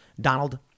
Donald